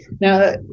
Now